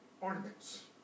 ornaments